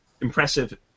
impressive